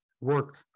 work